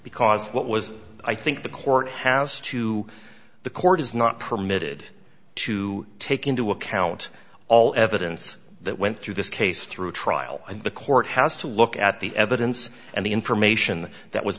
because what was i think the court has to the court is not permitted to take into account all evidence that went through this case through trial and the court has to look at the evidence and the information that was